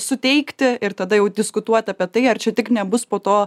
suteikti ir tada jau diskutuot apie tai ar čia tik nebus po to